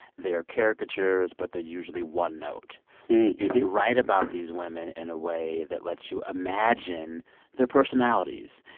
they are caricatures, but they're usually one-note. and you write about these women in a way that lets you imagine their personalities.